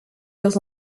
leurs